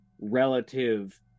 relative